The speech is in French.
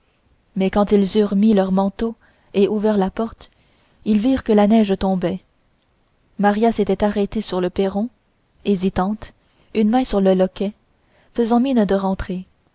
mais quand ils eurent mis leurs manteaux et ouvert la porte ils virent que la neige tombait maria s'était arrêtée sur le perron hésitante une main sur le loquet faisant mine de rentrer